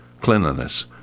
cleanliness